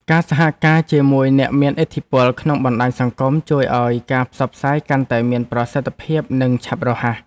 ការសហការជាមួយអ្នកមានឥទ្ធិពលក្នុងបណ្តាញសង្គមជួយឱ្យការផ្សព្វផ្សាយកាន់តែមានប្រសិទ្ធភាពនិងឆាប់រហ័ស។